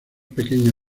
pequeña